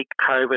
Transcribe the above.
COVID